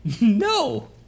No